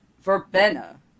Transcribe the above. verbena